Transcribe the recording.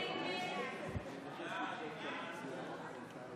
הסתייגות 50 לחלופין ה' לא נתקבלה.